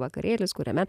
vakarėlis kuriame